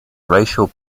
racial